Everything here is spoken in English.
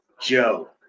Joe